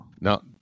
Now